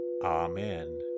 Amen